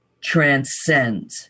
transcend